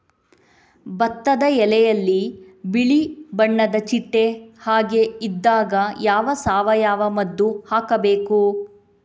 ಭತ್ತದ ಎಲೆಯಲ್ಲಿ ಬಿಳಿ ಬಣ್ಣದ ಚಿಟ್ಟೆ ಹಾಗೆ ಇದ್ದಾಗ ಯಾವ ಸಾವಯವ ಮದ್ದು ಹಾಕಬೇಕು?